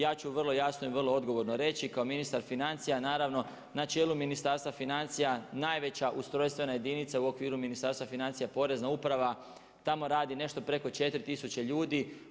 Ja ću vrlo jasno i vrlo odgovorno reći kao ministar financija, naravno na čelu Ministarstva financija najveća ustrojstvena jedinica u okviru Ministarstva financija Porezna uprava tamo radi nešto preko 4000 ljudi.